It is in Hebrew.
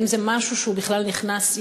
האם זה משהו שהוא בכלל נכנס,